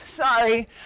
Sorry